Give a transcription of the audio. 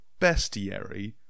bestiary